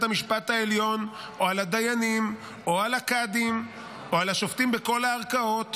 המשפט העליון או על הדיינים או על הקאדים או על השופטים בכל הערכאות,